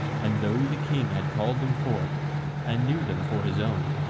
and though the king had called them forth and knew them for his own,